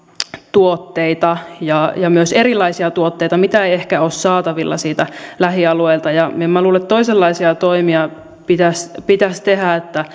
tuotteita ja ja myös erilaisia tuotteita mitä ei ehkä ole saatavilla siitä lähialueelta luulen että toisenlaisia toimia pitäisi tehdä että